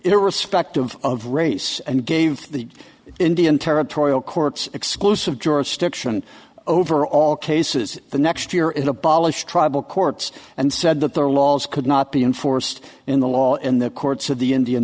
irrespective of race and gave the indian territorial courts exclusive jurisdiction over all cases the next year it abolished tribal courts and said that their laws could not be enforced in the law in the courts of the indian